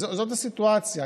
זאת הסיטואציה.